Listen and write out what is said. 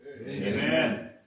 Amen